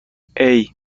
hey